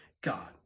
God